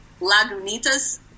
lagunitas